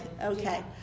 Okay